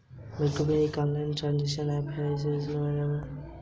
MobiKwik एक online transaction app है इसके इस्तेमाल से मैंने अपना कीमती टाइम बचाया है